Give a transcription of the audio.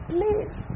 Please